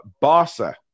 Barca